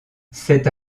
cette